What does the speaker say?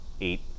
eight